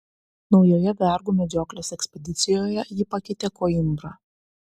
naujoje vergų medžioklės ekspedicijoje jį pakeitė koimbra